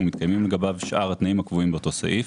ומתקיימים לגביו שאר התנאים הקבועים באותו סעיף."